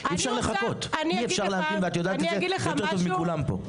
אי אפשר להמתין ואת יודעת את זה יותר טוב מכולם פה.